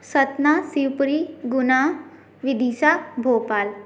Satna Shivpuri Guna Vidisha Bhopal